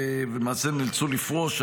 ולמעשה נאלצו לפרוש,